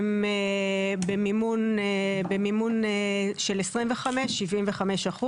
הם במימון של 25%-75% אחוז.